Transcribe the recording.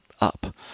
up